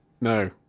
No